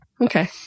Okay